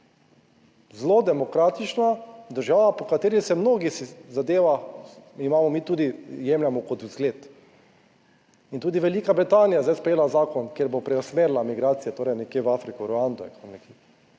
Zelo demokratična država, po kateri se mnogih zadevah imamo, mi tudi jemljemo kot vzgled in tudi Velika Britanija je zdaj sprejela zakon, kjer bo preusmerila migracije, torej nekje v Afriko, /